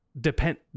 depend